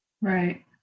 Right